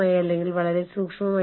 നിങ്ങൾ എങ്ങനെയാണ് തിരഞ്ഞെടുക്കുക